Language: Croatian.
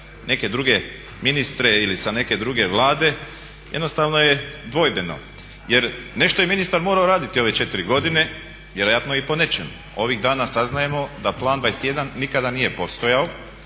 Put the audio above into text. neke druge ministre ili za neke druge vlade jednostavno je dvojbeno. Jer nešto je ministar morao raditi ove četiri godine vjerojatno i po nečemu. Ovih dana saznajemo da Plan 21 nikada nije postojao,